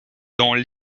dont